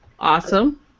Awesome